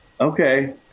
Okay